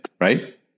right